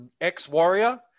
ex-warrior